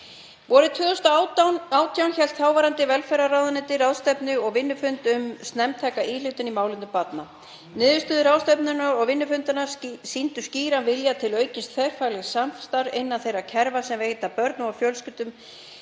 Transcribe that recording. Vorið 2018 hélt þáverandi velferðarráðuneyti ráðstefnu og vinnufundi um snemmtæka íhlutun í málefnum barna. Niðurstöður ráðstefnunnar og vinnufundanna sýndu skýran vilja til aukins þverfaglegs samstarfs innan þeirra kerfa sem veita börnum og fjölskyldum